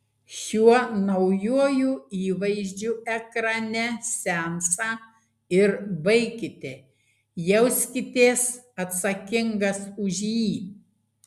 šiuo naujuoju įvaizdžiu ekrane seansą ir baikite jauskitės atsakingas už jį